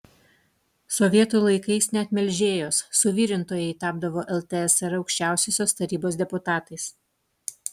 sovietų laikais net melžėjos suvirintojai tapdavo ltsr aukščiausiosios tarybos deputatais